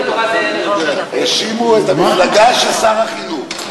האשימו את המפלגה של שר החינוך.